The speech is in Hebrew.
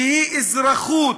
שהיא אזרחות,